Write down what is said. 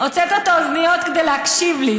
את האוזניות כדי להקשיב לי.